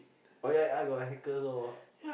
oh ya I got hackers all